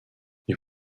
les